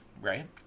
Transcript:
right